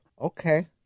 Okay